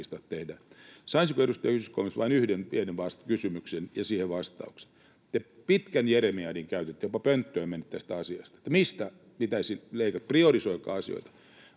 Saisinko, edustaja Zyskowicz, vain yhden pienen kysymyksen ja siihen vastauksen? Te käytitte pitkän jeremiadin, jopa pönttöön menitte tästä asiasta: mistä pitäisi leikata, priori-soikaa asioita.